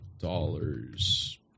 Dollars